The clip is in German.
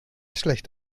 schlecht